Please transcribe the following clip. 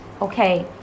Okay